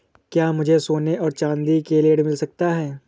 क्या मुझे सोने और चाँदी के लिए ऋण मिल सकता है?